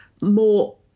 more